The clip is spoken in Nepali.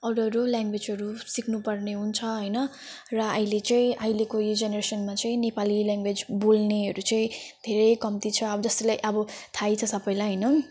अरू अरू ल्याङ्ग्वेजहरू सिक्नुपर्ने हुन्छ हैन र अहिले चाहिँ अहिलेको यो जेनरेसनमा चाहिँ नेपाली ल्याङ्ग्वेज बोल्नेहरू चाहिँ धेरै कम्ती छ अब जस्तैलाई अब थाहै छ सबैलाई हैन